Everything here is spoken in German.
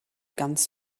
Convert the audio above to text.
ganz